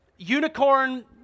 unicorn